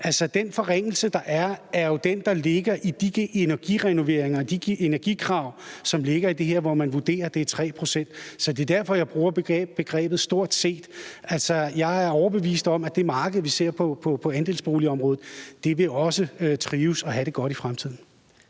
Altså, den forringelse, der er, er jo den, der ligger i de energirenoveringer og de energikrav, som ligger i det her, og hvor man vurderer, at det er 3 pct. Så det er derfor, jeg bruger begrebet stort set. Jeg er overbevist om, at det marked, vi ser på andelsboligområdet, også vil trives og have det godt i fremtiden.